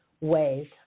ways